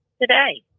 Today